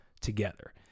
together